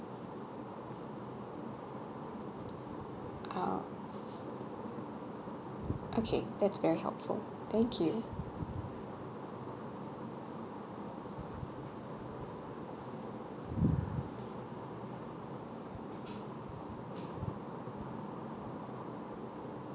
ah okay that's very helpful thank you